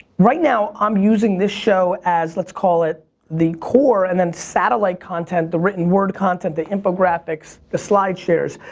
right now i'm using this show as, let's call it the core and then satellite content, the written word content, the infographics, the slide shares,